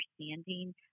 understanding